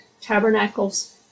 Tabernacles